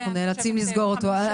נאלצים לסגור את הדיון.